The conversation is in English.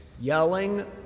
yelling